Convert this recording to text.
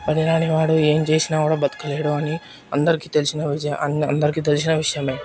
పని రానివాడు ఏం చేసినా కూడా బ్రతకలేడు అని అందరికీ తెలిసిన విజయమే అంద అందరికీ తెలిసిన విషయమే